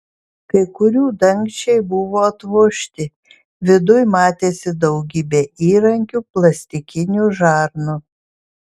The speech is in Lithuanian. kai kurių dangčiai buvo atvožti viduj matėsi daugybė įrankių plastikinių žarnų